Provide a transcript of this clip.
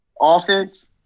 Offense